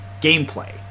gameplay